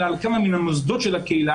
אלא על כמה מן המוסדות של הקהילה,